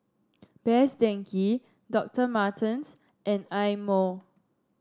Best Denki Doctor Martens and Eye Mo